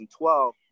2012